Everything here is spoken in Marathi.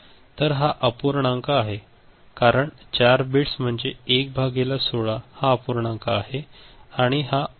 तर हा अपूर्णांक आहे कारण 4 बिट्स म्हणजे 1 भागिले 16 हा अपूर्णांक आहे आणि हा 11